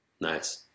Nice